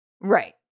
Right